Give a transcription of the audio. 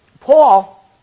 Paul